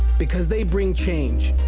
because they bring change,